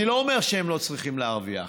אני לא אומר שהם לא צריכים להרוויח,